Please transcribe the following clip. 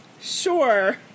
sure